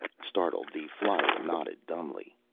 startled, the flyer nodded dumbly.